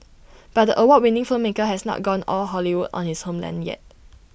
but the award winning filmmaker has not gone all Hollywood on his homeland yet